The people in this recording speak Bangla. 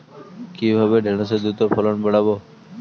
কিভাবে ঢেঁড়সের দ্রুত ফলন বাড়াব?